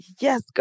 Yes